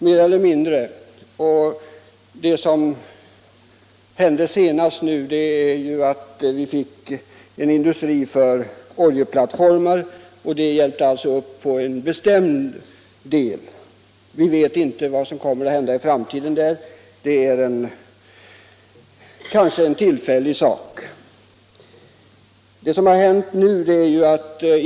Det senaste som hände var att vi fick en industri för byggande av oljeplattformar, och det hjälpte i någon mån upp situationen. Vi vet emellertid inte vad som kan hända i framtiden — den här industrin kanske är tillfällig.